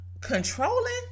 controlling